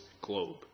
globe